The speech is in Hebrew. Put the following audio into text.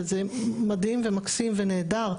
וזה מדהים ומקסים ונהדר.